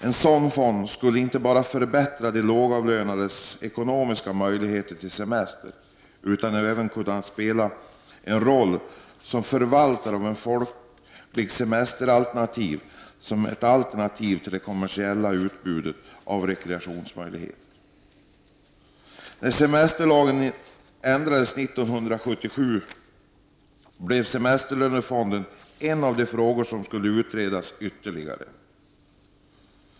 En sådan fond skulle inte bara förbättra de lågavlönades ekonomiska möjligheter till semester utan även kunna spela en roll söm förvaltare av folkliga semesteralternativ, som alternativ till det kommersiella utbudet av rekreationsmöjligheter. gor som skulle utredas ytterligare.